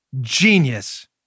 genius